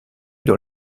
dans